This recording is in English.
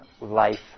life